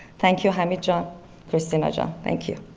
thank you hamid jon christina jon. thank you.